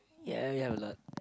ya we have a lot